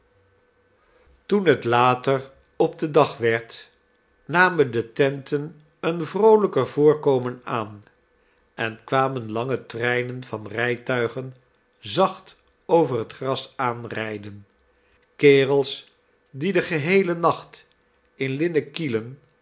toen het later op den dag werd namen de tenten een vroolijker voorkomen aan en kwamen lange treinen van rijtuigen zacht over het gras aanrijden kerels die den geheelen nacht in linnen kielen